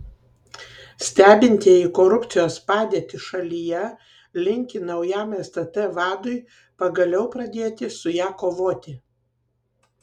stebintieji korupcijos padėtį šalyje linki naujam stt vadui pagaliau pradėti su ja kovoti